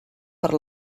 per